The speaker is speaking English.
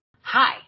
Hi